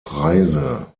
preise